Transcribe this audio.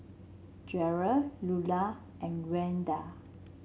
Gearld Lulla and Gwenda